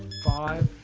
five,